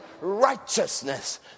righteousness